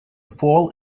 fall